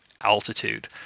altitude